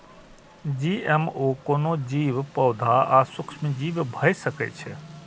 GMO कोनो जीव, पौधा आ सूक्ष्मजीव भए सकै छै